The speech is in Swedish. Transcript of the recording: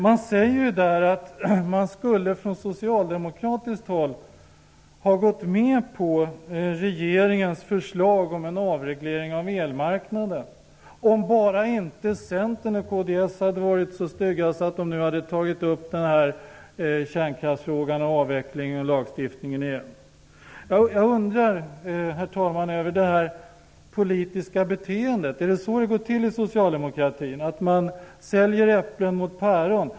Man säger där att man från socialdemokratiskt håll skulle ha gått med på regeringens förslag om en avreglering av elmarknaden om bara inte Centern och kds hade varit så stygga att de hade tagit upp kärnkraftsfrågan och frågorna om avveckling och lagstiftning igen. Jag undrar, herr talman, över det politiska beteendet. Är det så det går till inom socialdemokratin? Säljer man äpplen mot päron?